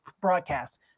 broadcast